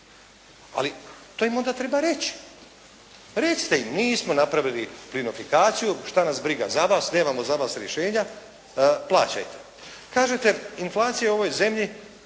Ali to im onda treba reći. Recite im, nismo napravili plinofikaciju, što nas briga za vas, nemamo za vas rješenja, plaćajte. Kažete, inflacija u ovoj zemlji,